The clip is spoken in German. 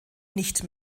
nicht